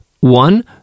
one